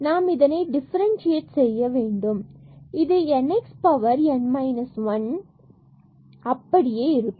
நாம் இதனை டிஃபரண்ட்சியேட் செய்ய வேண்டும் இது n x power n minus 1 அப்படியே இருக்கும்